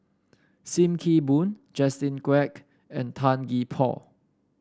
Sim Kee Boon Justin Quek and Tan Gee Paw